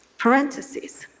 parentheses,